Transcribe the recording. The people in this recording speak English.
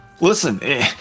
Listen